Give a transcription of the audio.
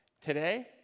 Today